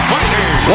Fighters